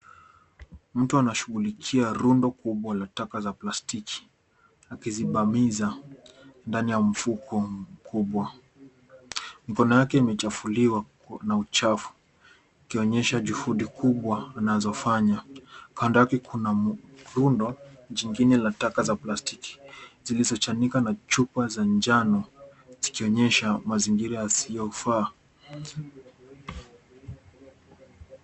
Mtu anashughulikia rundo kubwa la taka za plastiki akizibamiza ndani ya mfuko mkubwa. Mikono yake imechafuliwa na uchafu ukionyesha juhudi kubwa anazofanya. Kando yake kuna murundo jingine la taka za plastiki zilizochanika na chupa za njano zikionyesha mazingira yasiyofaa.